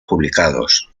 publicados